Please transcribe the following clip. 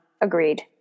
agreed